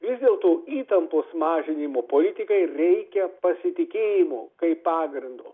vis dėl to įtampos mažinimo politikai reikia pasitikėjimo kaip pagrindo